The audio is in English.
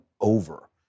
over